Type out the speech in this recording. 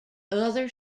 other